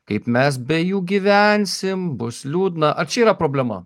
kaip mes be jų gyvensim bus liūdna ar čia yra problema